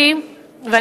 תודה רבה.